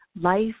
life